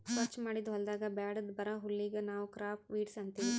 ಸ್ವಚ್ ಮಾಡಿದ್ ಹೊಲದಾಗ್ ಬ್ಯಾಡದ್ ಬರಾ ಹುಲ್ಲಿಗ್ ನಾವ್ ಕ್ರಾಪ್ ವೀಡ್ಸ್ ಅಂತೀವಿ